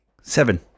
Seven